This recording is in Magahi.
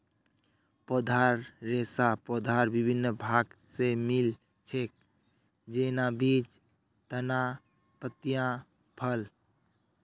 पौधार रेशा पौधार विभिन्न भाग स मिल छेक, जैन न बीज, तना, पत्तियाँ, फल